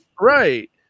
Right